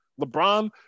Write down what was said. LeBron